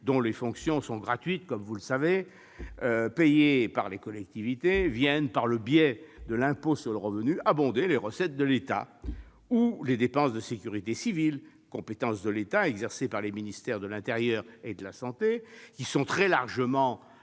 dont les fonctions sont gratuites -payées par les collectivités, viennent, par le biais de l'impôt sur le revenu, abonder les recettes de l'État, ou encore que les dépenses de sécurité civile, une compétence de l'État exercée par les ministères de l'intérieur et de la santé, soient très largement